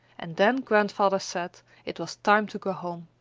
and then grandfather said it was time to go home.